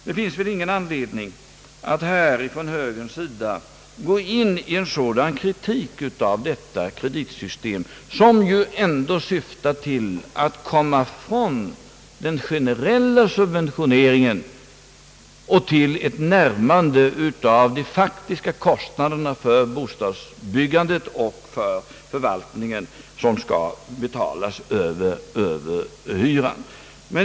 Det finns ingen anledning från högerns sida att gå in i en sådan kritik av detta kreditsystem, som ju ändå syftar till att komma ifrån den generella subventioneringen och till ett närmande av de faktiska kostnaderna för bostadsbyggandet och för förvaltningen som skall betalas över hyrorna.